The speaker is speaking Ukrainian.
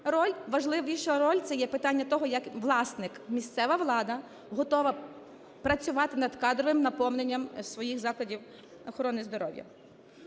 важливіша роль - це є питання того, як власник, місцева влада готова працювати над кадровим наповненням своїх заходів охорони здоров'я.